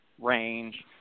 range